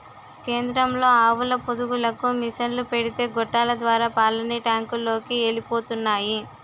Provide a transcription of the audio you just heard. కేంద్రంలో ఆవుల పొదుగులకు మిసన్లు పెడితే గొట్టాల ద్వారా పాలన్నీ టాంకులలోకి ఎలిపోతున్నాయి